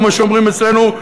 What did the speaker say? כמו שאומרים אצלנו,